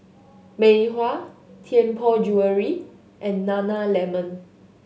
Mei Hua Tianpo Jewellery and Nana Lemon